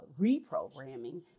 reprogramming